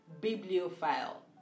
bibliophile